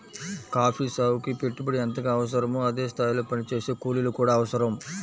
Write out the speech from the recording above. coffee సాగుకి పెట్టుబడి ఎంతగా అవసరమో అదే స్థాయిలో పనిచేసే కూలీలు కూడా అవసరం